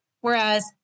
whereas